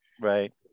right